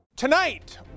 Tonight